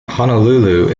honolulu